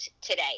today